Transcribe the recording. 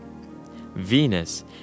Venus